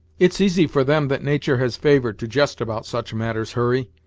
it's easy for them that natur' has favored, to jest about such matters, hurry,